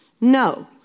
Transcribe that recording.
No